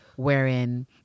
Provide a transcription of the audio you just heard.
Wherein